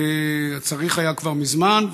וצריך היה כבר מזמן,